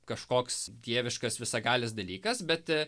kažkoks dieviškas visagalis dalykas bet a